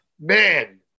Man